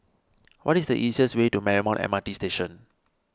what is the easiest way to Marymount M R T Station